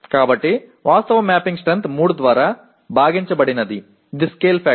కాబట్టి వాస్తవ mapping strength 3 ద్వారా భాగించబడినది ఇది స్కేల్ ఫాక్టర్